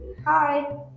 Hi